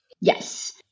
Yes